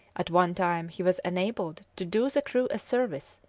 at one time he was enabled to do the crew a service,